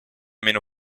meno